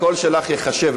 הקול שלך ייחשב,